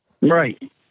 Right